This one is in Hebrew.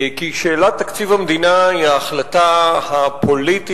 כי שאלת תקציב המדינה היא ההחלטה הפוליטית